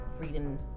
reading